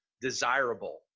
desirable